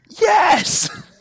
yes